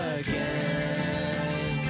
again